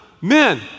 Men